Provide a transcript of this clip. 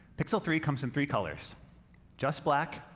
pixel three comes in three colors just black,